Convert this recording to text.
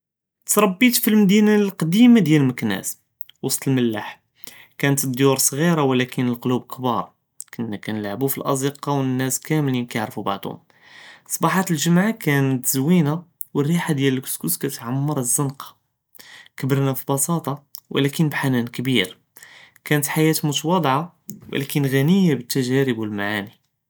תרבּית פלאמדינה לקדימה דיאל מכּנאס וסט אלמלאח כאנת לדיור סג׳ירה ולכּן אלקלוב כְּבּאר، כנא כנלעבו פלאזקּה ואלנאס כאמלין יערפו בעְדהום، סבחות אלג׳ומעה כאנת זווינה ואלריחה דיאל אלכסכּס כאנת תעמְר לזנקה, כּברנא בפסאטה ולכּן בחנאן כּביר כאנת חיאת מתואצ׳עה ולכּן ע׳ניה בתתג׳ארב ואלמעני.